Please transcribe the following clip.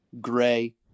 Gray